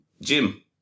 Jim